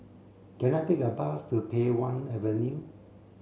can I take a bus to Pei Wah Avenue